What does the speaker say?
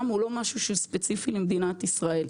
הוא לא משהו שספציפי למדינת ישראל.